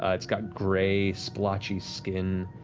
ah it's got gray, splotchy skin,